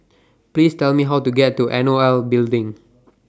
Please Tell Me How to get to N O L Building